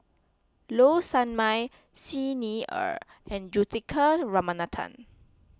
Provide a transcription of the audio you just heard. Low Sanmay Xi Ni Er and Juthika Ramanathan